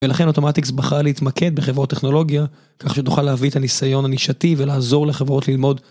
לכן אוטומטיקס בחר להתמקד בחברות טכנולוגיה כך שתוכל להביא את הניסיון הנישתי ולעזור לחברות ללמוד